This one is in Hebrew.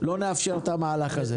לא נאפשר את המהלך הזה.